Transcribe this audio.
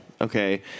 Okay